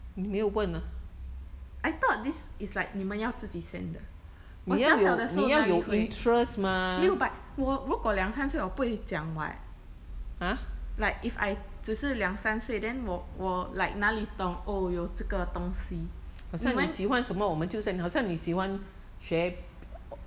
I thought this is like 你们要自己 send 的我小小的时候哪里会没有 but 我如果两三岁我不会讲 [what] like if I 只是两三岁 then 我我 like 哪里懂哦有这个东西